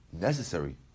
necessary